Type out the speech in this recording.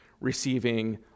receiving